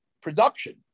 production